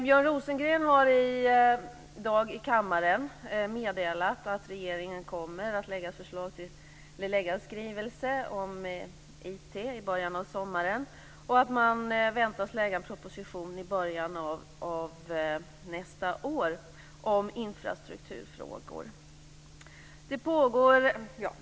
Björn Rosengren har i dag i kammaren meddelat att regeringen kommer att lägga fram en skrivelse om IT i början av sommaren och att man väntas lägga fram en proposition om infrastrukturfrågor i början av nästa år.